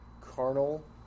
carnal